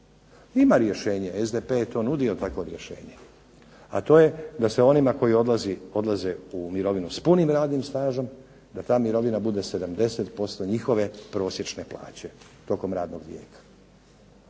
Ima rješenje. SDP je nudio takvo rješenje, a to je da se onima koji odlaze u mirovinu s punim radnim stažom da ta mirovina bude 70% njihove prosječne plaće tokom radnog vijeka.